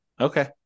Okay